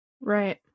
right